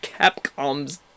Capcom's